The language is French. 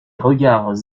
regards